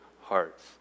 hearts